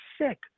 sick